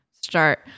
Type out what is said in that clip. start